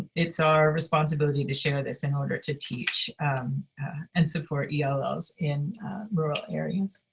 it's our responsibility to share this in order to teach and support ells in rural areas.